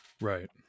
Right